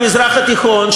במזרח התיכון,